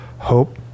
Hope